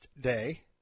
Day